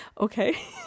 Okay